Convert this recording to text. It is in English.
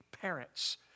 parents